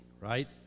right